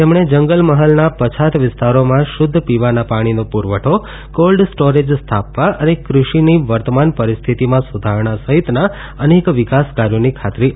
તેમણે જંગલમહલના પછાત વિસ્તારોમાં શુદ્ધ પીવાના પાણીનો પુરવઠો કોલ્ડ સ્ટોરેજ સ્થાપવા અને કૃષિની વર્તમાન પરિસ્થિતીમાં સુધારણા સહિતના અનેક વિકાસ કાર્યોની ખાતરી આપી હતી